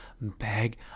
bag